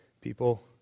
people